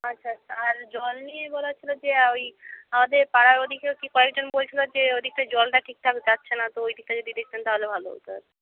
আচ্ছা আচ্ছা আর জল নিয়ে বলার ছিল যে ওই আমাদের পাড়ার ওদিকেও কী কয়েকজন বলছিল যে ওদিকটায় জলটা ঠিকঠাক যাচ্ছে না তো ওইদিকটা যদি দেখতেন তাহলে ভালো হতো আর